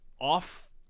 off